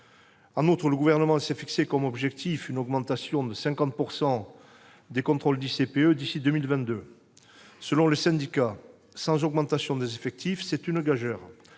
En outre, le Gouvernement s'est fixé comme objectif une augmentation de 50 % du nombre de contrôles des ICPE d'ici à 2022. Selon les syndicats, sans augmentation des effectifs, c'est une gageure,